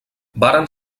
varen